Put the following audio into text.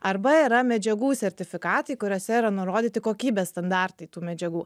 arba yra medžiagų sertifikatai kuriuose yra nurodyti kokybės standartai tų medžiagų